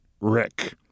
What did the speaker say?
Rick